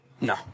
no